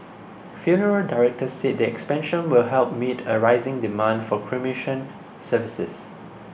funeral directors said the expansion will help meet a rising demand for cremation services